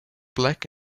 black